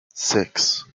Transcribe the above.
six